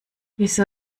wieso